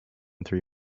three